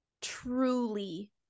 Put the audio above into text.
truly